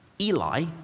Eli